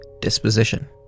disposition